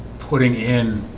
putting in